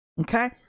okay